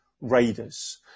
raiders